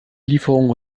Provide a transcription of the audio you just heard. lieferung